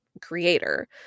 creator